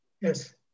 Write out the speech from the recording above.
Yes